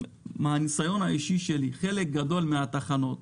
מהניסיון האישי שלי, בחלק גדול מן התחנות